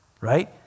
right